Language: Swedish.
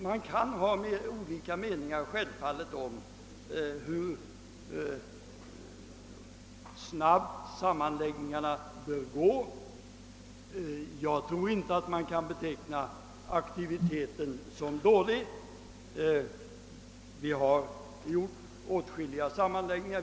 Självfallet kan delade meningar råda om hur snabbt sammanläggningarna bör ske. Jag tror inte man kan beteckna aktiviteten som dålig. Vi har gjort åtskilliga sammanläggningar.